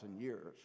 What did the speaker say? years